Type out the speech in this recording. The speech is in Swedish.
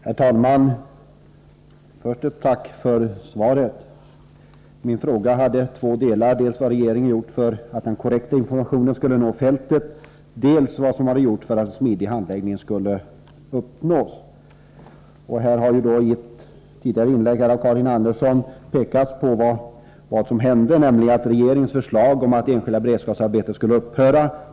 Herr talman! Jag tackar först för svaret. Min fråga hade två delar, dels vad regeringen har gjort för att den korrekta informationen skulle nå fältet, dels vad som har gjorts för att en smidig handläggning skulle uppnås. I ett tidigare inlägg har Karin Andersson pekat på vad som hände. Riksdagen avvisade ju regeringens förslag om att enskilda beredskapsarbeten skulle upphöra.